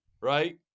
right